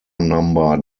number